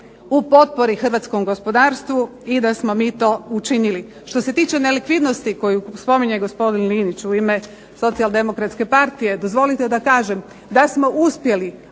u potpori hrvatskom gospodarstvu i da smo mi to učinili. Što se tiče nelikvidnosti koju spominje gospodin Linić u ime Socijaldemokratske partije dozvolite da kažem da smo uspjeli